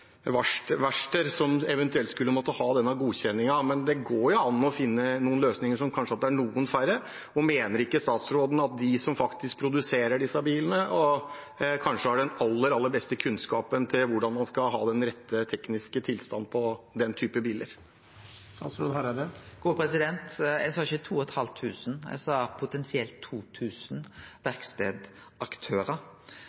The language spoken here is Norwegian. som eventuelt skulle måttet ha denne godkjenningen, men det går jo an å finne løsninger som kanskje gjør at vi kan ha noen færre. Mener ikke statsråden at de som faktisk produserer disse bilene, kanskje har den aller, aller beste kunnskapen om hvordan man skal ha den rette tekniske tilstanden på den typen biler? Eg sa ikkje 2 500, eg sa